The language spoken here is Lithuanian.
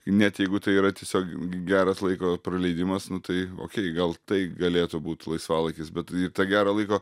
net jeigu tai yra tiesiog geras laiko praleidimas nu tai okei gal tai galėtų būt laisvalaikis bet į tą gerą laiko